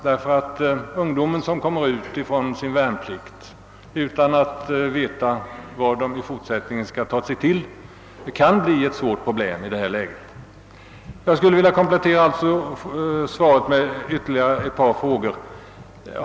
De ungdomar som avslutar sin värnplikt utan att veta vad de 1 fortsättningen skall sysselsätta sig med kan nämligen bli ett svårt problem i ett läge som det nuvarande. Jag vill alltså i syfte att få svaret kompletterat ställa ytterligare ett par frågor.